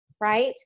right